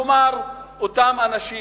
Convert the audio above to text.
כלומר, אותם אנשים